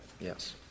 Yes